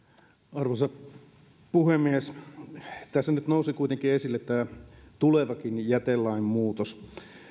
arvoisa puhemies tässä nyt nousi kuitenkin esille tämä tulevakin jätelain muutos